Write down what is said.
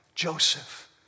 Joseph